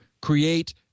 create